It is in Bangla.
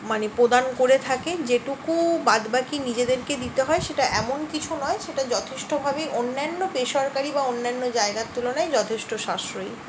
মানে প্রদান করে থাকে যেটুকু বাদবাকি নিজেদেরকে দিতে হয় সেটা এমন কিছু নয় সেটা যথেষ্টভাবেই অন্যান্য বেসরকারি বা অন্যান্য জায়গার তুলনায় যথেষ্ট সাশ্রয়ী